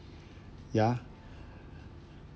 ya